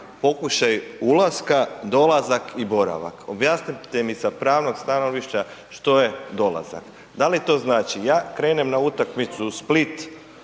„pokušaj ulaska dolazak i boravak“. Objasnite mi sa pravnog stanovišta što je dolazak. Da li to znači ja krenem na utakmicu u Split